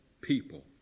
people